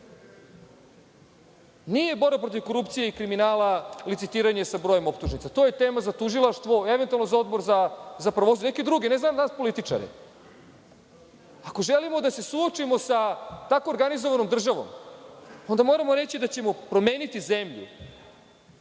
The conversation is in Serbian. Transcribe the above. borba protiv korupcije i kriminala licitiranje sa brojem optužnica. To je tema za tužilaštvo, eventualno za Odbor za pravosuđe, za neke druge, ne za nas političare. Ako želimo da se suočimo sa tako organizovanom državom, onda moramo reći da ćemo promeniti zemlju,